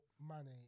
money